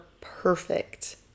perfect